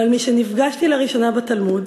אבל משנפגשתי לראשונה בתלמוד